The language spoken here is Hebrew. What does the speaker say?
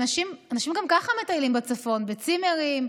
אנשים גם ככה מטיילים בצפון, בצימרים,